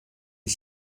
est